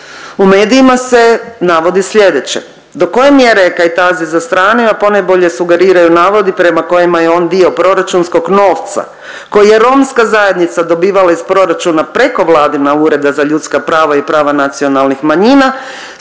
U medijima se navodi slijedeće, do koje mjere je Kajtazi zastranio ponajbolje sugeriraju navodi prema kojima je on dio proračunskog novca koji je romska zajednica dobivala iz proračuna preko vladina Ureda za ljudska prava i prava nacionalnih manjina,